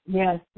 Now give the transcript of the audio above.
yes